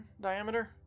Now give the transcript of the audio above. diameter